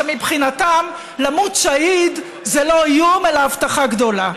שמבחינתם למות שהיד זה לא איום אלא הבטחה גדולה.